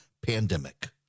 pandemic